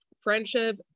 friendship